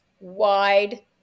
wide